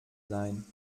sein